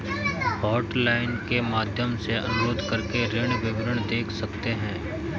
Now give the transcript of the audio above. hotline के माध्यम से अनुरोध करके ऋण विवरण देख सकते है